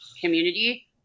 community